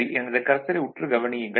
சரி எனது கர்சரை உற்று கவனியுங்கள்